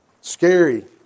Scary